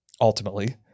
ultimately